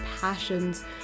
passions